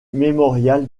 mémorial